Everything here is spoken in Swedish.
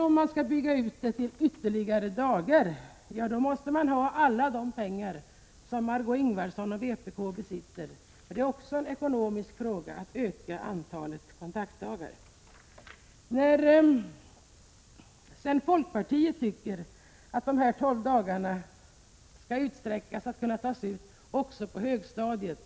Om vi skall bygga ut försäkringen med ytterligare dagar måste vi ha alla de pengar Margö Ingvardsson och vpk besitter, för det är också en ekonomisk fråga att öka antalet kontaktdagar. Folkpartiet tycker att dessa 16 dagar skall utsträckas till att kunna tas ut också på högstadiet.